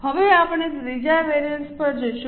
હવે આપણે ત્રીજા વેરિએન્સ પર જઈશું